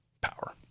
power